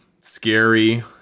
scary